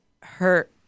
hurt